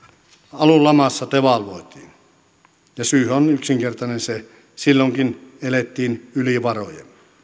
alun lamassa devalvoitiin ja syy on yksinkertaisesti se että silloinkin elettiin yli varojen